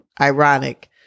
ironic